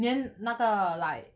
then 那个 like